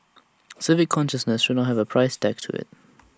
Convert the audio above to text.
civic consciousness should not have A price tag to IT